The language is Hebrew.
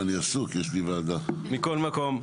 מכל מקום,